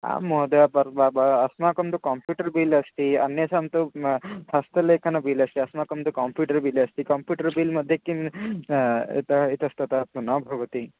आं महोदय पर् ब ब अस्माकं तु काम्प्यूटर् बिल् अस्ति अन्येषां तु म हस्तलेखन बिल् अस्माकं तु काम्प्यूटर् बिल् अस्ति काम्प्यूटर् बिल्मध्ये किं इतः इतस्ततः तु न भवति